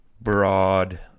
broad